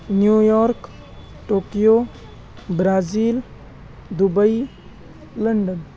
New York Tokyo Brazil Dubai London